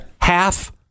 Half